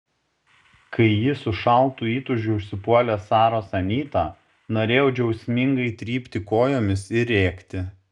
kai ji su šaltu įtūžiu užsipuolė saros anytą norėjau džiaugsmingai trypti kojomis ir rėkti